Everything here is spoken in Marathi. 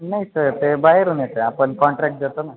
नाही सर ते बाहेरून येतं आपण कॉन्ट्रॅक्ट देतो ना